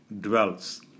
dwells